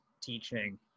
teaching